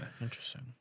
Interesting